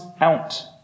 out